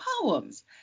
poems